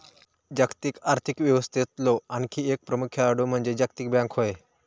जागतिक आर्थिक व्यवस्थेतलो आणखी एक प्रमुख खेळाडू म्हणजे जागतिक बँक होय